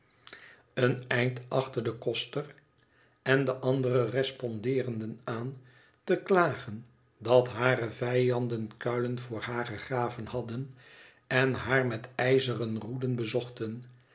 een eind achter den koster en de andere respondeerenden aan te klagen dat hare vijanden kuilen voor haar gegraven hadden en haar met ijzeren roeden bezochten